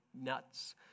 nuts